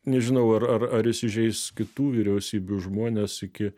nežinau ar ar ar įsižeis kitų vyriausybių žmonės iki